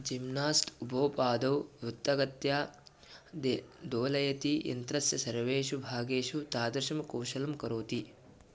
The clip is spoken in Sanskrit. जिम्नास्ट् उभौ पादौ वृत्तगत्या द्वे डोलायते यन्त्रस्य सर्वेषु भागेषु तादृशं कौशलं करोति